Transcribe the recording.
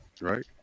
right